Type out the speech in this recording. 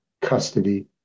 custody